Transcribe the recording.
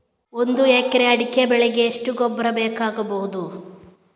ಒಂದು ಎಕರೆ ಅಡಿಕೆ ಬೆಳೆಗೆ ಎಷ್ಟು ಗೊಬ್ಬರ ಬೇಕಾಗಬಹುದು?